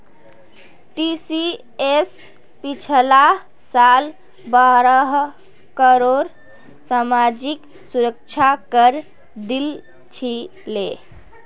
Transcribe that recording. TCS पिछला साल बारह करोड़ सामाजिक सुरक्षा करे दिल छिले